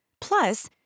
Plus